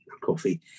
coffee